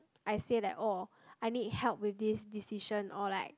I say like oh I need help with this decision or like